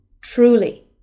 truly